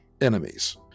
enemies